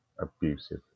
abusive